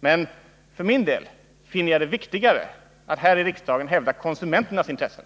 Men för min del finner jag det viktigare att häri riksdagen hävda konsumenternas intressen,